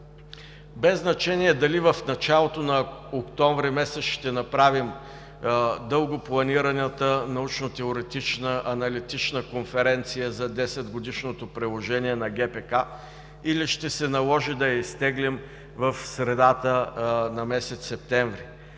без значение дали в началото на месец октомври ще направим дълго планираната научно-теоретична, аналитична конференция за десетгодишното приложение на ГПК, или ще се наложи да я изтеглим в средата на месец септември.